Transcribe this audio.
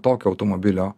tokio automobilio